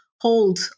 hold